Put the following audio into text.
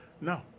No